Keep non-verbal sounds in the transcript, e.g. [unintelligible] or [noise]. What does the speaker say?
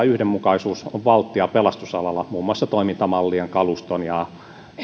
[unintelligible] yhdenmukaisuus on valttia pelastusalalla muun muassa toimintamallien kaluston ja